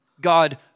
God